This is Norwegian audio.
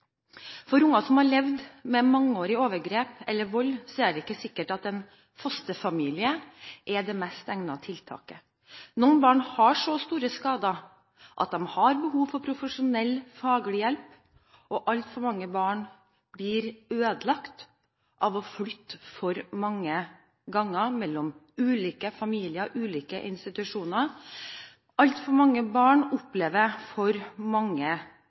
For unger som har levd mange år med overgrep eller vold, er det ikke sikkert at en fosterfamilie er det mest egnede tiltaket. Noen barn har så store skader at de har behov for profesjonell faglig hjelp. Altfor mange barn blir ødelagt av å flytte for mange ganger mellom ulike familier og ulike institusjoner. Altfor mange barn opplever for mange